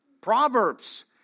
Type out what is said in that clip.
Proverbs